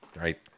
Right